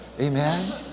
Amen